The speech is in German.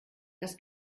das